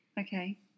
Okay